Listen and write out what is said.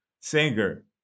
singer